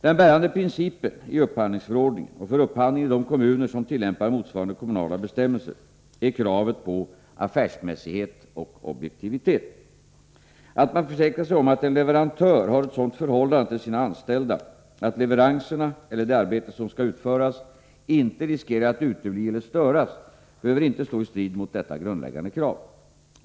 Den bärande principen i upphandlingsförordningen och för upphandlingen i de kommuner som tillämpar motsvarande kommunala bestämmelser är kravet på affärsmässighet och objektivitet. Att man försäkrar sig om att en leverantör har ett sådant förhållande till sina anställda att leveranserna eller det arbete som skall utföras inte riskerar att utebli eller störas behöver inte stå i strid mot detta grundläggande krav.